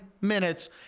minutes